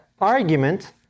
argument